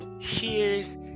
cheers